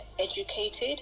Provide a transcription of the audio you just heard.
educated